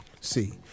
See